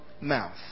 mouth